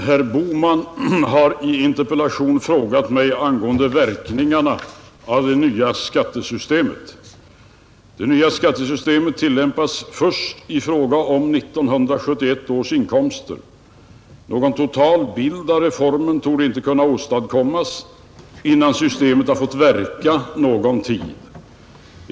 Herr talman! Herr Bohman har i interpellation frågat mig angående verkningarna av det nya skattesystemet. Det nya skattesystemet tillämpas först i fråga om 1971 års inkomster. Någon total bild av reformen torde inte kunna åstadkommas innan systemet fått verka någon tid.